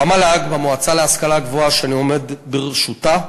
במל"ג, במועצה להשכלה גבוהה, שאני עומד בראשה,